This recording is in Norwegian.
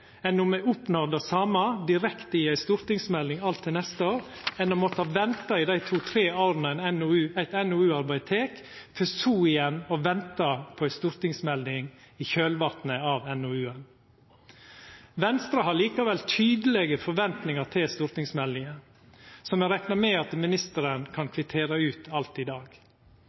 ein oppnår det same direkte i ei stortingsmelding alt til neste år, enn å måtte venta i dei to til tre åra eit NOU-arbeid tek, for så igjen å venta på ei stortingsmelding i kjølvatnet av ei slik NOU. Venstre har likevel tydelege forventningar til stortingsmeldinga, som me reknar med at ministeren kan kvittera ut alt i dag.